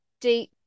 deep